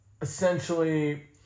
essentially